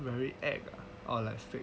very act or like fake